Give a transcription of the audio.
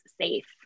safe